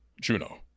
Juno